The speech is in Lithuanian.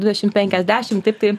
dvidešim penkiasdešim taip tai